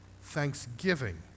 thanksgiving